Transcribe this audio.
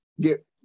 Get